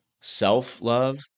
Self-love